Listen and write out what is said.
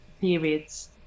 periods